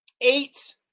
eight